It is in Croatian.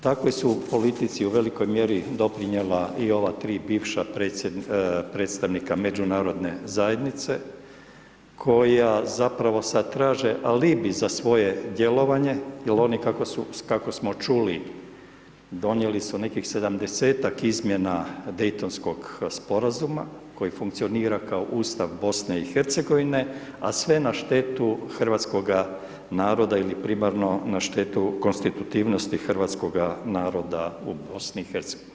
Takvoj su politici u velikoj mjeri doprinijela i ova tri bivša predsjednika Međunarodne zajednice koja zapravo sada traže alibi za svoje djelovanje jer oni kako su čuli donijeli su nekih 70-ak izmjena Daytonskog sporazuma koji funkcionira kao Ustav BiH a sve na štetu hrvatskoga naroda ili primarno na štetu konstitutivnosti Hrvatskoga naroda u BiH.